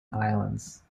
islands